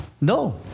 No